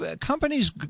companies